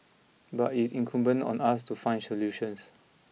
but it is incumbent on us to find solutions